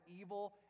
evil